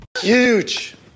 Huge